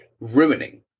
ruining